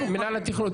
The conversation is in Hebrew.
מינהל התכנון,